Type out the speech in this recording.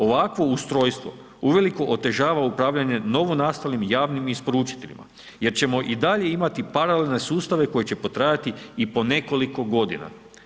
Ovakvo ustrojstvo uvelike otežava upravljanje novonastalim javnim isporučiteljima jer ćemo i dalje imati paralelne sustave koji će potrajati i po nekoliko godina.